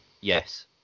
Yes